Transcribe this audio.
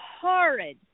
horrid